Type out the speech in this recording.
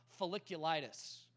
folliculitis